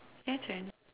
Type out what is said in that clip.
your turn